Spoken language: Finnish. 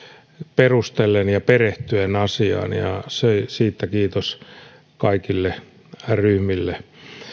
perustellen ja perehtyen asiaan siitä kiitos kaikille ryhmille